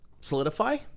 solidify